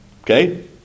Okay